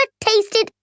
tasted